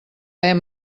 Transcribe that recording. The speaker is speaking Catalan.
hem